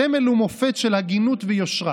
הוא סמל ומופת של הגינות ויושרה